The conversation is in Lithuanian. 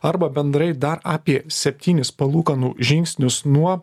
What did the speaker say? arba bendrai dar apie septynis palūkanų žingsnius nuo